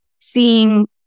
seeing